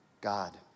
God